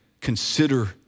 consider